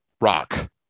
rock